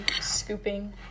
scooping